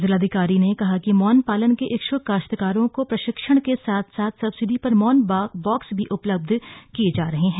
जिलाधिकारी ने कहा कि मौन पालन के इच्छुक काश्तकारों को प्रशिक्षण के साथ साथ सब्सिडी पर मौन बाक्स भी उपलब्ध किए जा रहे हैं